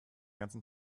ganzen